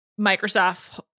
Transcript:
Microsoft